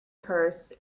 purse